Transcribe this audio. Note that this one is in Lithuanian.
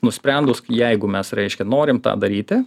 nusprendus jeigu mes reiškia norim tą daryti